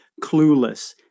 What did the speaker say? clueless